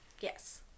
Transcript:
yes